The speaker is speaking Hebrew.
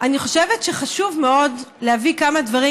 אני חושבת שחשוב מאוד להביא כמה דברים